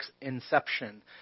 inception